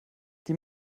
die